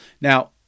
Now